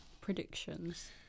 Predictions